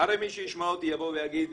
הרי מי שישמע אותי יבוא ויגיד,